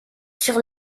sur